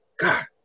God